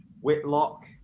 Whitlock